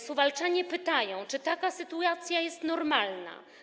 Suwałczanie pytają: Czy taka sytuacja jest normalna?